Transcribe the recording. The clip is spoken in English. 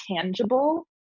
tangible